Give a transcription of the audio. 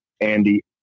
Andy